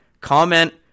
comment